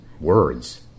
words